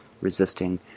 resisting